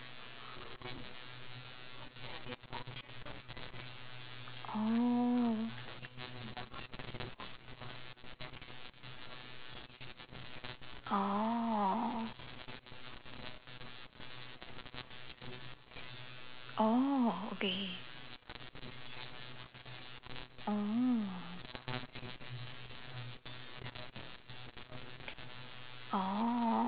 oh oh oh okay oh oh